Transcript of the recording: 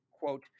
quote